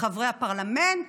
חברי הפרלמנט,